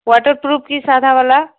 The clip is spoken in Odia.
ୱାଟରପ୍ରୁପ୍ କି ସାଧା ବାଲା